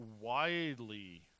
widely